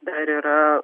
dar yra